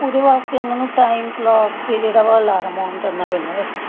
ਉਹਦੇ ਵਾਸਤੇ ਉਨ੍ਹਾਂ ਨੂੰ ਟਾਇਮ ਕਲੋਕ 'ਤੇ ਜਿਹੜਾ ਵਾ ਅਲਾਰਮ ਓਨ ਕਰਨਾ ਪੈਂਦਾ ਸੀ